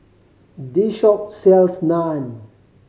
the shop sells Naan